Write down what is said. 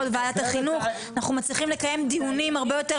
אנחנו מצליחים לקיים דיונים הרבה יותר